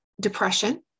depression